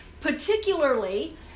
particularly